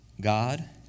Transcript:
God